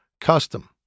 custom